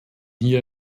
hier